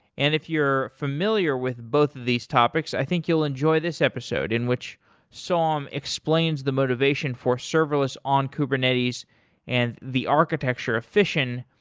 and if you're familiar with both of these topics, i think you'll enjoy this episode in which soam explains the motivation for serverless on kubernetes and the architecture of fission.